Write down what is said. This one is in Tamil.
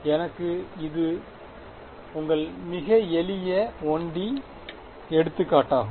எனவே இது உங்கள் மிக எளிய 1 டி எடுத்துக்காடாகும்